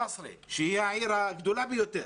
שהיא העיר הגדולה ביותר,